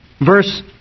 verse